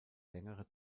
längere